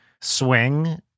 swing